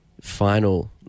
final